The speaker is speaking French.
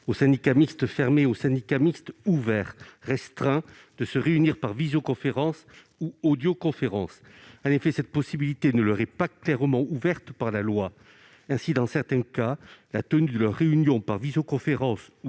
aux syndicats mixtes fermés et aux syndicats mixtes ouverts restreints de se réunir par visioconférence ou audioconférence. En effet, cette possibilité ne leur est pas clairement ouverte par la loi, en sorte que, dans certains cas, la tenue d'une réunion par visioconférence ou audioconférence